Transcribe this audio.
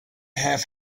have